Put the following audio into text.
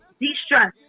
de-stress